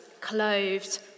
clothed